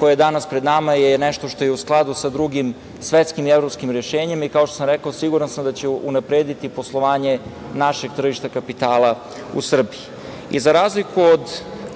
koje je danas pred nama je nešto što je u skladu sa drugim svetskim i evropskim rešenjem i, kao što sam rekao, siguran sam će unaprediti poslovanje našeg tržišta kapitala u Srbiji.Za razliku od